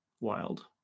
wild